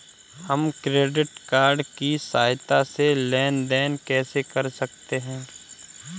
हम credit card की सहायता से लेन देन कैसे कर सकते हैं?